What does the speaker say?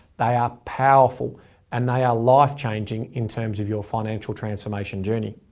they are powerful and they are life changing in terms of your financial transformation journey.